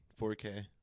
4K